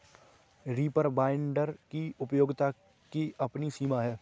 reaper binder की उपयोगिता की अपनी सीमा है